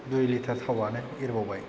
दुइ लिटार थाव आनो एरबावबाय